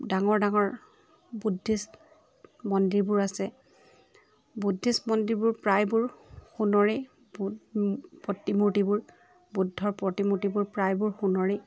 ডাঙৰ ডঙৰ বুদ্ধিষ্ট মন্দিৰবোৰ আছে বুদ্ধিষ্ট মন্দিৰবোৰ প্ৰায়বোৰ সোণৰেই প্ৰতিমূৰ্তিবোৰ বুদ্ধৰ প্ৰতিমূৰ্তিবোৰ প্ৰায়বোৰ সোণৰেই